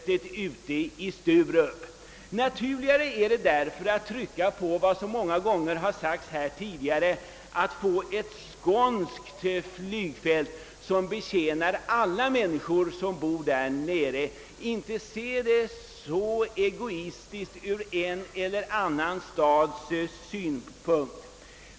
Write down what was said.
Det är därför naturligt att trycka på vad som sagts många gånger tidigare i debatten att vi måste tänka på att få ett skånskt flygfält som centralt betjänar alla människor. Problemet bör inte bedömas egoistiskt ur en eller annan stads synpunkt.